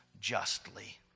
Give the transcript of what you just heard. justly